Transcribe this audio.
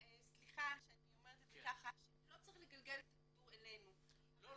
סליחה שאני אומרת את זה ככה לא צריך לגלגל את הכדור אלינו -- לא,